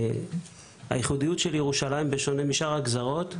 הייחודיות של ירושלים, בשונה משאר הגזרות,